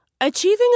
Achieving